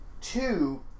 two